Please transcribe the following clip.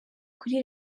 kuri